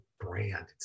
brand